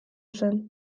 zen